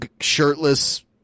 shirtless